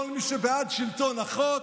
כל מי שבעד שלטון החוק,